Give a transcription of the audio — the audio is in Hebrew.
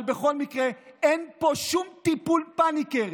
אבל בכל מקרה, אין פה שום טיפול פניקרי.